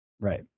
Right